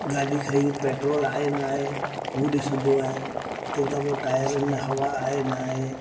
ॻाॾी खईं पेट्रोल आहे न आहे हू ॾिसबो आहे तंहिंखां पोइ टायरनि में हवा आहे न आहे